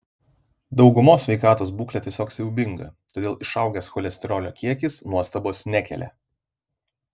daugumos sveikatos būklė tiesiog siaubinga todėl išaugęs cholesterolio kiekis nuostabos nekelia